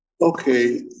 Okay